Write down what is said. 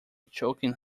choking